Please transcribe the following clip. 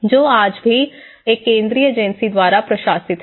जो आज भी एक केंद्रीय एजेंसी द्वारा प्रशासित है